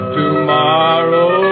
tomorrow